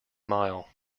mile